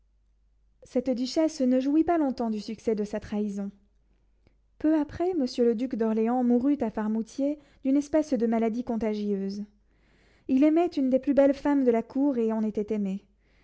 cette duchesse ne jouit pas longtemps du succès de sa trahison peu après monsieur le duc d'orléans mourut à farmoutier d'une espèce de maladie contagieuse il aimait une des plus belles femmes de la cour et en était aimé